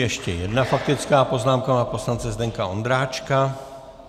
Ještě jedna faktická poznámka pana poslance Zdeňka Ondráčka.